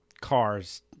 cars